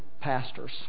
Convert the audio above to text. pastors